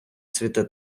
цвіте